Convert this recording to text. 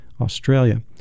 Australia